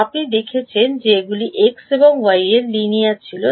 আপনি দেখেছেন যে এগুলি x এবং yতে লিনিয়ার ছিল